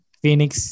Phoenix